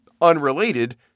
Unrelated